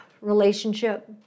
relationship